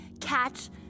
catch